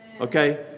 Okay